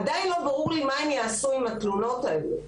עדיין לא ברור לי מה הם יעשו עם התלונות האלה.